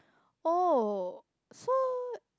oh so